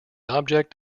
object